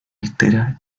altera